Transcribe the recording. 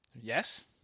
Yes